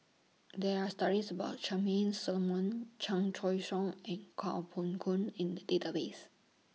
There Are stories about Charmaine Solomon Chan Choy Siong and Kuo Pao Kun in The Database